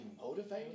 motivated